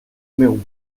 meu